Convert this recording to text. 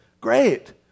Great